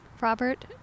Robert